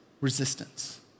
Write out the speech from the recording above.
resistance